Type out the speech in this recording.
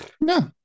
No